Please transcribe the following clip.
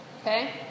Okay